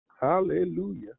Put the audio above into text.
Hallelujah